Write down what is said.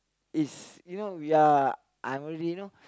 is you know we are I'm already you know